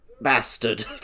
bastard